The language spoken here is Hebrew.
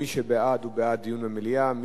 מי שבעד הוא בעד דיון במליאה.